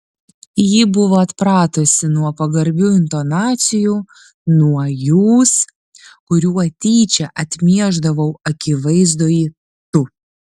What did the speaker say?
ji buvo atpratusi nuo pagarbių intonacijų nuo jūs kuriuo tyčia atmiešdavau akivaizdųjį tu